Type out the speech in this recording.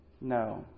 No